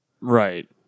right